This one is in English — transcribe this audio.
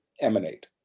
emanate